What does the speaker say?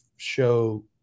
Show